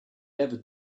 ever